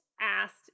asked